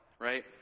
right